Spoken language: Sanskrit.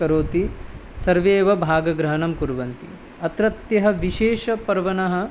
करोति सर्वे एव भागग्रहणं कुर्वन्ति अत्रत्यः विशेषपर्वणः